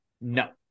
No